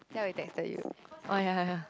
Jia-wei texted you oh ya ya